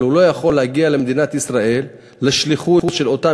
אבל הוא לא יכול להגיע למדינת ישראל בשליחות של אותה